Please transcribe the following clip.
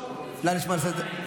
נא לשמור על הסדר,